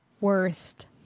worst